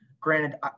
granted